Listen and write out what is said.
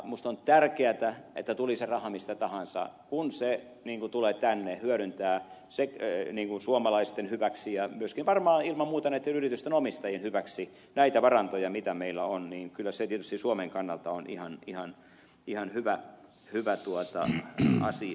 minusta on tärkeätä että tuli se raha mistä tahansa kun se tulee tänne hyödyntämään näitä varantoja mitä meillä on suomalaisten hyväksi ja myöskin varmaan ilman muuta näiden yritysten omistajien hyväksi näitä varantoja mitä meillä on niin kyllä se tietysti suomen kannalta on ihan hyvä asia